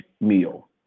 meal